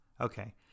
Okay